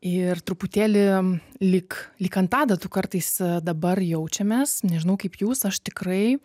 ir truputėlį lyg lyg ant adatų kartais dabar jaučiamės nežinau kaip jūs aš tikrai